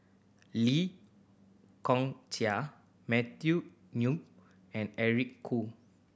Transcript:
Lee Kong Chian Matthew Ngui and Eric Khoo